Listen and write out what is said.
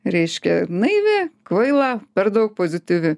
reiškia naivi kvaila per daug pozityvi